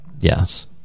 Yes